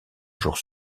jour